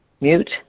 mute